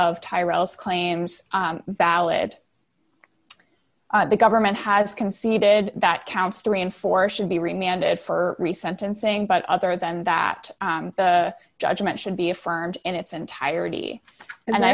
of tire else claims valid the government has conceded that counts three and four should be remanded for re sentencing but other than that judgment should be affirmed in its entirety and